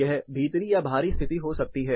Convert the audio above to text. यह भीतरी या बाहरी स्थिति हो सकती है